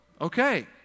okay